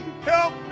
Help